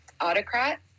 autocrat